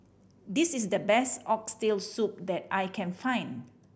this is the best Oxtail Soup that I can find